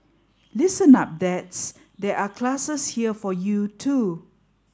listen up dads there are classes here for you too